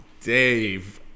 Dave